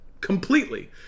Completely